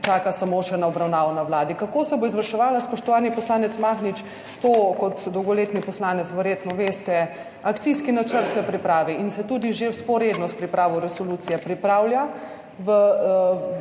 Kako se bo izvrševala, spoštovani poslanec Mahnič, to kot dolgoletni poslanec verjetno veste, akcijski načrt se pripravi in se tudi že vzporedno s pripravo resolucije pripravlja